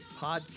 podcast